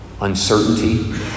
Uncertainty